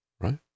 right